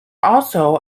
also